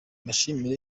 mbashimire